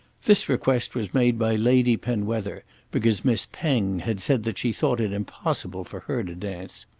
this request was made by lady penwether because miss penge had said that she thought it impossible for her to dance.